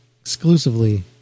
exclusively